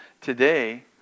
today